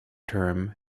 term